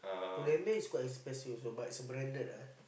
Pull-and-Bear is quite expensive also but it's a branded lah